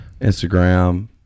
Instagram